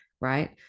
right